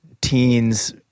teens